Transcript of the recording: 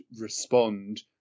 respond